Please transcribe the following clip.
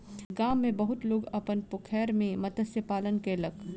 गाम में बहुत लोक अपन पोखैर में मत्स्य पालन कयलक